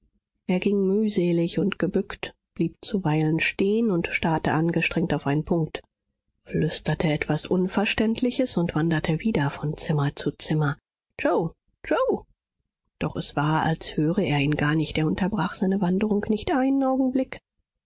er ging mühselig und gebückt blieb zuweilen stehen und starrte angestrengt auf einen punkt flüsterte etwas unverständliches und wanderte wieder von zimmer zu zimmer yoe yoe doch es war als höre er ihn gar nicht er unterbrach seine wanderung nicht einen augenblick